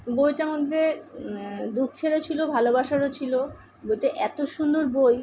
বইটার মধ্যে দুঃখেরও ছিল ভালোবাসারও ছিল বইটা এত সুন্দর বই